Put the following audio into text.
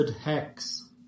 hex